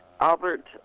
Albert